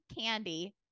Candy